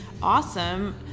awesome